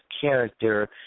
character